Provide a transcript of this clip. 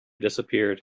disappeared